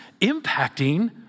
impacting